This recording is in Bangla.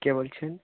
কে বলছেন